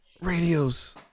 radios